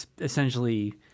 essentially